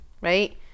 right